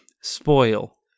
Spoil